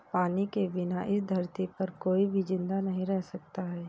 पानी के बिना इस धरती पर कोई भी जिंदा नहीं रह सकता है